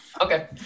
Okay